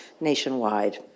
nationwide